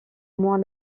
moins